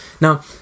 now